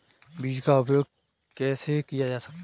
बीज का उपचार कैसे किया जा सकता है?